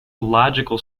logical